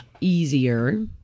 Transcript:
easier